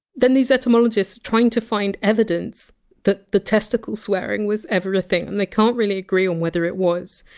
then these etymologists trying to find evidence that the testicle-swearing was ever a thing, and they can't really agree on whether it was.